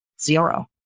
zero